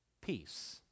peace